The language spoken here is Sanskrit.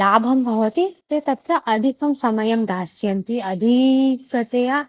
लाभं भवति ते तत्र अधिकं समयं दास्यन्ति अधिकतया